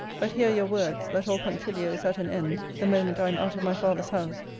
but here your words, that all punctilio is at an end the moment i am out of my father's house,